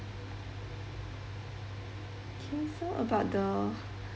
okay so about the